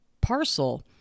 parcel